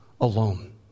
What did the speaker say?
alone